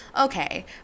okay